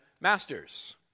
masters